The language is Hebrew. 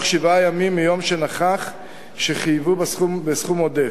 שבעה ימים מיום שנוכח שחייבו בסכום עודף.